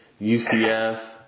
UCF